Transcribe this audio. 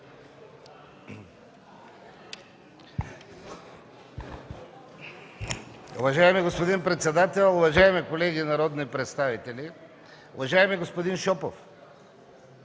Уважаеми господин председател, уважаеми колеги народни представители! Уважаеми господин Шопов,